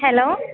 hello